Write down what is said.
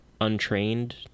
untrained